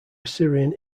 assyrian